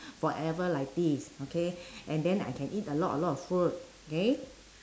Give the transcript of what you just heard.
forever like this okay and then I can eat a lot a lot of food K